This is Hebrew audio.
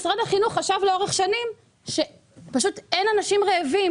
משרד החינוך פשוט חשב לאורך השנים שאין אנשים רעבים